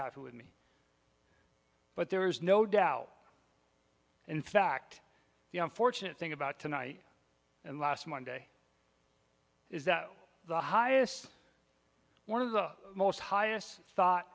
happy with me but there's no doubt in fact the unfortunate thing about tonight and last monday is that the hiatus one of the most highest thought